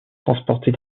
transporter